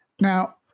Now